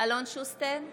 אלון שוסטר,